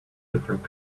different